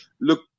look